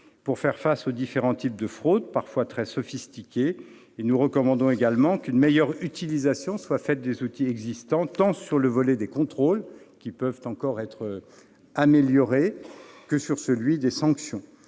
pour faire face aux différents types de fraudes, parfois très sophistiqués. Nous recommandons également qu'une meilleure utilisation soit faite des outils existants, tant sur le volet des contrôles- ils peuvent encore être améliorés -que sur celui des sanctions.